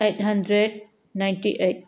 eight hundred ninety eight